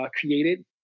created